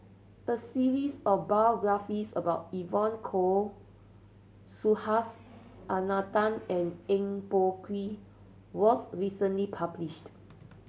a series of biographies about Evon Kow Subhas Anandan and Eng Boh Kee was recently published